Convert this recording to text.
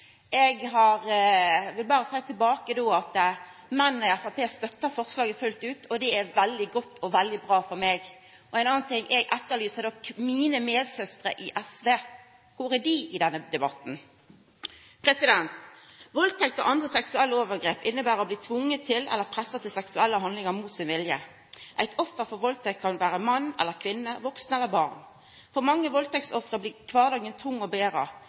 støttar forslaget fullt ut, og det er veldig godt og veldig bra for meg. Ein annan ting: Eg etterlyser nok mine medsystrer i SV. Kor er dei i denne debatten? Valdtekt eller andre seksuelle overgrep inneber å bli tvungen eller pressa til seksuelle handlingar mot eigen vilje. Eit offer for valdtekt kan vera mann eller kvinne, vaksen eller barn. For mange valdtektstoffer blir kvardagen tung å bera,